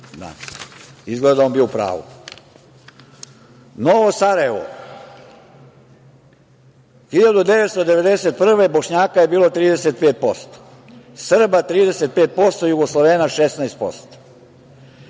Izgleda je on bio u pravu. Novo Sarajevo – 1991. godine Bošnjaka je bilo 35%, Srba 35%, Jugoslovena 16%.